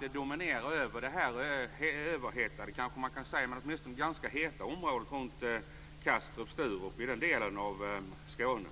Det dominerar över det överhettade, kanske man kan säga, eller åtminstone ganska heta området runt Kastrup och Sturup i den delen av Skåne.